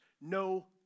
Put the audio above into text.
no